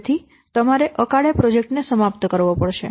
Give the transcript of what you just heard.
તેથી તમારે અકાળે પ્રોજેક્ટ ને સમાપ્ત કરવો પડશે